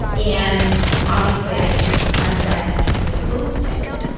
and obviously, i can i'm diametrically opposed to it.